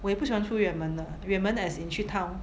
我也不喜欢出远门的远门 as in 去 town